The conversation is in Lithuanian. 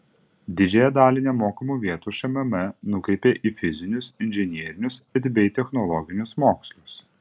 didžiąją dalį nemokamų vietų šmm nukreipė į fizinius inžinerinius it bei technologinius mokslus